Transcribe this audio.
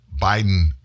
Biden